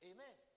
Amen